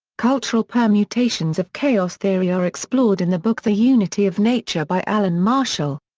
cultural permutations of chaos theory are explored in the book the unity of nature by alan marshall.